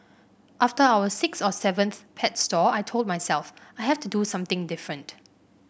after our sixth or seventh pet store I told myself I have to do something different